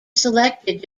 selected